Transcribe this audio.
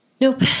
Nope